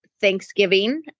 Thanksgiving